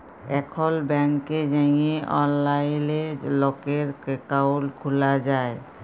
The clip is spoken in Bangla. এখল ব্যাংকে যাঁয়ে অললাইলে লকের একাউল্ট খ্যুলা যায়